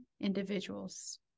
individuals